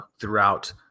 throughout